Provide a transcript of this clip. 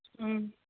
ꯎꯝ